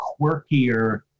quirkier